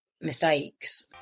mistakes